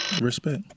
Respect